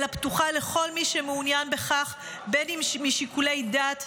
אלא פתוחה לכל מי שמעוניין בכך משיקולי דת,